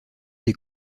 des